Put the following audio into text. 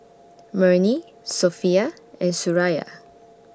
Murni Sofea and Suraya